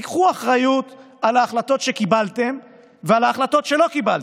תיקחו אחריות על ההחלטות שקיבלתם ועל ההחלטות שלא קיבלתם.